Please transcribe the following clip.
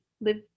live